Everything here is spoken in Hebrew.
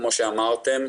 כמו שאמרתם,